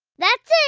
that's it.